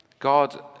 God